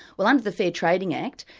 well under the fair trading act,